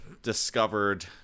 Discovered